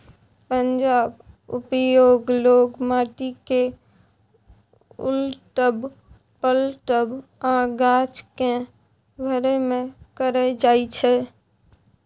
पंजाक उपयोग लोक माटि केँ उलटब, पलटब आ गाछ केँ भरय मे कयल जाइ छै